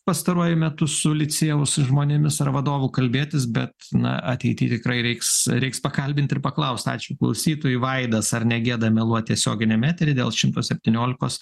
pastaruoju metu su licėjaus žmonėmis ar vadovu kalbėtis bet ateity tikrai reiks reiks pakalbint ir paklaust ačiū klausytojui vaidas ar negėda meluot tiesioginiam etery dėl šimto septyniolikos